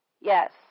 Yes